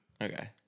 Okay